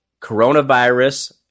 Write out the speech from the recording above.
coronavirus